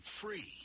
free